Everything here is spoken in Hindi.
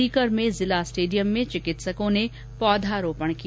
सीकर में जिला स्टेडियम में चिकित्सकों ने आज पौधरोपण किया